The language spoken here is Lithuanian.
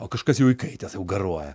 o kažkas jau įkaitęs jau garuoja